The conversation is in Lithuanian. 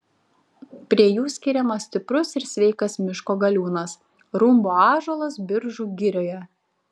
prie jų skiriamas stiprus ir sveikas miško galiūnas rumbų ąžuolas biržų girioje